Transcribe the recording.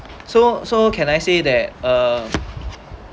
so so can I say that uh